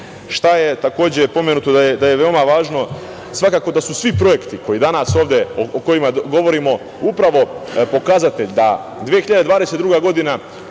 je takođe pomenuto da je veoma važno? Svakako da su svi projekti o kojima danas ovde govorimo upravo pokazatelj da 2022. godina